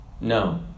No